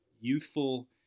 youthful